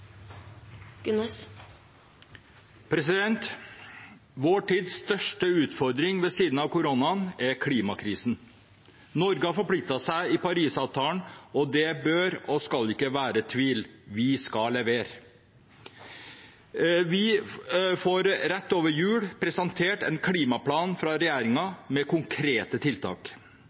omme. Vår tids største utfordring ved siden av koronaen er klimakrisen. Norge har forpliktet seg i Parisavtalen, og det bør og skal ikke være tvil: Vi skal levere. Vi får rett over jul presentert en klimaplan fra regjeringen med konkrete tiltak.